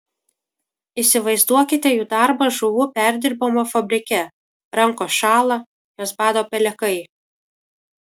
įsivaizduokite jų darbą žuvų perdirbimo fabrike rankos šąla jas bado pelekai